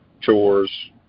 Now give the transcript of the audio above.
chores